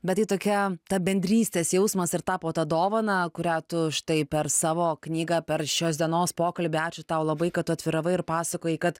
bet tai tokia ta bendrystės jausmas ir tapo ta dovana kurią tu štai per savo knygą per šios dienos pokalbį ačiū tau labai kad atviravai ir pasakojai kad